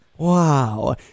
Wow